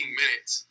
minutes